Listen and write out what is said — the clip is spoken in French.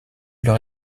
leur